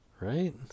Right